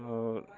आओर